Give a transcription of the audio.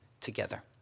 together